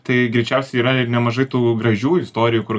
tai greičiausiai yra ir nemažai tų gražių istorijų kur